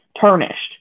tarnished